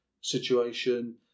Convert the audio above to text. situation